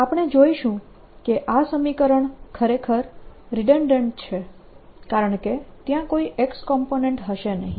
આપણે જોઈશું કે આ સમીકરણ ખરેખર રીડન્ડન્ટ છે કારણકે ત્યાં કોઈ X કોમ્પોનેન્ટ હશે નહિ